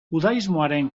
judaismoaren